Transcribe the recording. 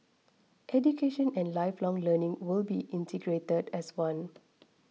education and lifelong learning will be integrated as one